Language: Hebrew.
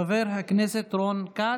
חבר הכנסת רון כץ,